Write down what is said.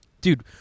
dude